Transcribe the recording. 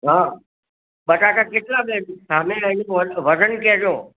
હા બટાકા કેટલાં બેન સામે એનું વજન કેજો